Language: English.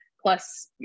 plus